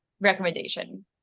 recommendation